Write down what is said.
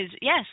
Yes